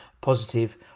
positive